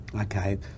Okay